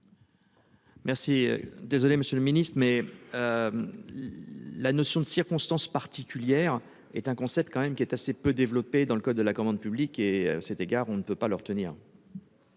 Merci. Désolé monsieur le Ministre mais. La notion de circonstances particulières, est un concept quand même qui est assez peu développé dans le code de la commande publique et cet égard, on ne peut pas le retenir.--